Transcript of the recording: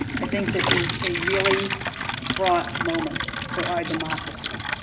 i think this is a really fraught moment for our democracy.